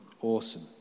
Awesome